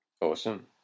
Awesome